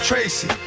Tracy